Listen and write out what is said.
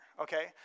okay